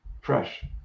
fresh